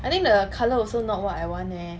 I think the colour also not what I want leh